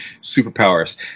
superpowers